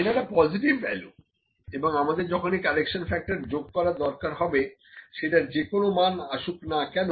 এটা একটা positive value এবং আমাদের যখন এই কারেকশন ফ্যাক্টর যোগ করার দরকার হবে সেটার যে কোনো মান আসুক না কেন